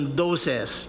doses